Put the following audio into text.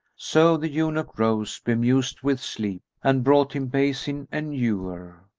so the eunuch rose, bemused with sleep, and brought him basin and ewer,